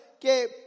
que